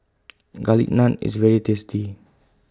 Garlic Naan IS very tasty